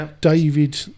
David